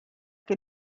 que